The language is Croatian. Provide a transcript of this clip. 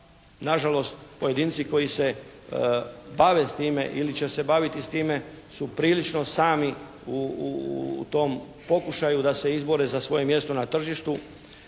nažalost pojedinci koji se bave s time ili će se baviti s time su prilično sami u tom pokušaju da se izbore za svoje mjesto na tržištu.